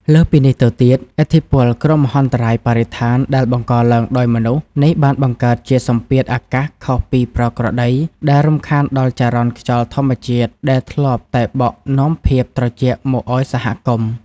លើសពីនេះទៅទៀត ឥទ្ធិពល គ្រោះមហន្តរាយបរិស្ថានដែលបង្កឡើងដោយមនុស្ស នេះបានបង្កើតជាសម្ពាធអាកាសខុសប្រក្រតី ដែលរំខានដល់ចរន្តខ្យល់ធម្មជាតិដែលធ្លាប់តែបក់នាំភាពត្រជាក់មកឱ្យសហគមន៍។